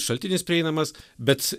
šaltinis prieinamas bet